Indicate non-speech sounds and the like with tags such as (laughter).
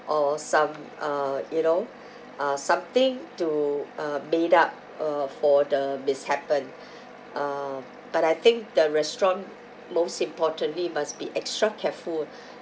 or some uh you know ah something to uh made up uh for the mishappen (breath) uh but I think the restaurant most importantly must be extra careful (breath)